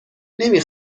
نمی